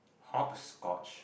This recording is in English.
hopscotch